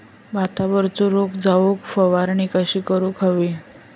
भातावरचो रोग जाऊक फवारणी कशी करूक हवी?